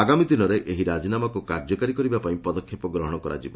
ଆଗାମୀ ଦିନରେ ଏହି ରାଜିନାମାକୁ କାର୍ଯ୍ୟକାରୀ କରିବା ପାଇଁ ପଦକ୍ଷେପ ଗ୍ରହଣ କରାଯିବ